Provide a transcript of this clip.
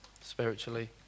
spiritually